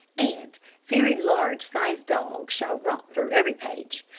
and very large-sized dogs shall romp through every page!